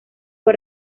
fue